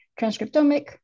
transcriptomic